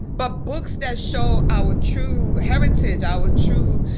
but books that show our true heritage, our true,